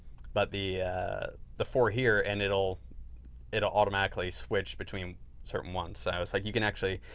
but the the four here and it'll it'll automatically switch between certain ones. so, it's like you can actually,